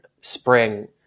spring